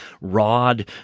rod